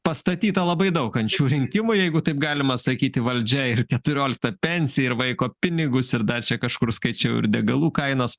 pastatyta labai daug an šių rinkimų jeigu taip galima sakyti valdžia ir keturioliktą pensiją ir vaiko pinigus ir dar čia kažkur skaičiau ir degalų kainos